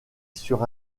sur